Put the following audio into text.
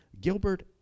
Gilbert